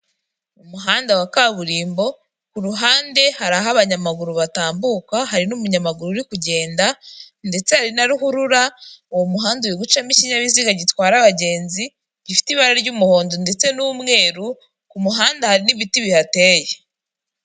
Umuhanda wa kaburimbo, ku ruhande hari aho abanyamaguru batambuka hari n'umunyamaguru uri kugenda ndetse hari na ruhurura, uwo muhanda uri gucamo ikinyabiziga gitwara abagenzi, gifite ibara ry'umuhondo ndetse n'umweru, ku muhanda hari n'ibiti bihateye.